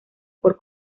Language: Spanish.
por